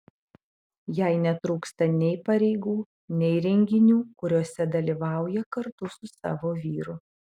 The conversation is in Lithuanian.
jai netrūksta nei pareigų nei renginių kuriuose dalyvauja kartu su savo vyru